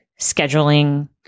scheduling